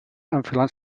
enfilant